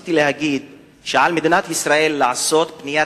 רציתי גם להגיד שעל מדינת ישראל לעשות פניית